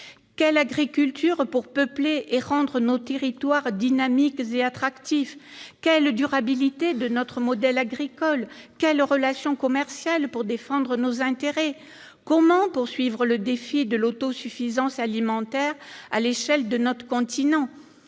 Quelle agriculture pour peupler nos territoires et les rendre dynamiques et attractifs ? Quelle durabilité de notre modèle agricole ? Quelles relations commerciales pour défendre nos intérêts ? Comment poursuivre le défi de l'autosuffisance alimentaire à l'échelle de notre continent ?